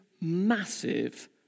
massive